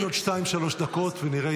אנחנו נמתין עוד שתיים-שלוש דקות, ונראה.